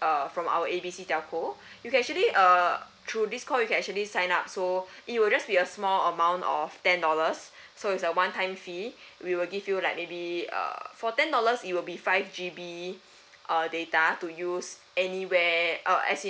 uh from our A B C telco you can actually err through this call you can actually sign up so it will just be a small amount of ten dollars so it's a one time fee we will give you like maybe uh for ten dollars it will be five G_B uh data to use anywhere uh as in